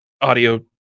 audio